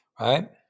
right